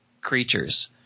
creatures